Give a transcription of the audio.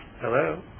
hello